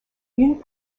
une